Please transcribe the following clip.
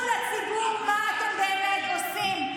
בואו, תראו לציבור מה אתם באמת עושים.